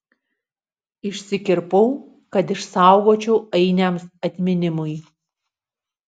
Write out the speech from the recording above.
išsikirpau kad išsaugočiau ainiams atminimui